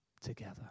together